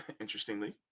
interestingly